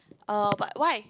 uh but why